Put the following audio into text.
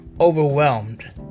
overwhelmed